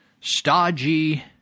stodgy